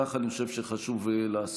כך אני חושב שחשוב לעשות.